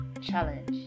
Challenge